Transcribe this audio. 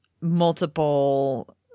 multiple